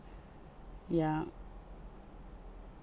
yeah